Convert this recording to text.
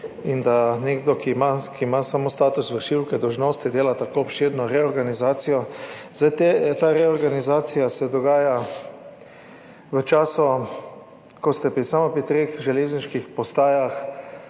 in da nekdo, ki ima samo status vršilke dolžnosti, dela tako obširno reorganizacijo. Ta reorganizacija se dogaja v času, ko pri samo treh železniških postajah